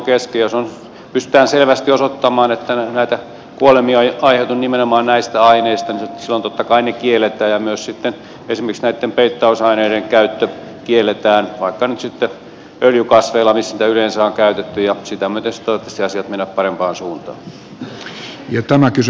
jos pystytään selvästi osoittamaan että näitä kuolemia on aiheutunut nimenomaan näistä aineista niin silloin totta kai ne kielletään ja myös esimerkiksi näitten peittausaineiden käyttö kielletään vaikka nyt sitten öljykasveilla joihin niitä yleensä on käytetty ja sitä myöten sitten toivottavasti asiat menevät parempaan suuntaan